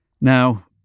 Now